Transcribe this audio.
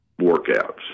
workouts